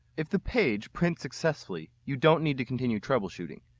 if the page prints successfully, you don't need to continue troubleshooting.